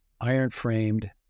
iron-framed